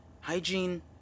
hygiene